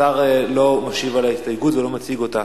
השר לא משיב על ההסתייגות ולא מציג אותה.